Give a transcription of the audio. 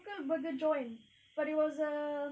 burger joint but it was a